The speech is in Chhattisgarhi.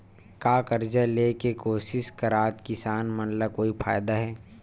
का कर्जा ले के कोशिश करात किसान मन ला कोई फायदा हे?